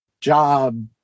job